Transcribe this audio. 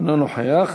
אינו נוכח.